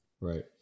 right